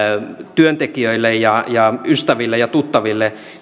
työntekijöille ystäville ja tuttaville